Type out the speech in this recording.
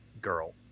girl